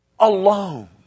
alone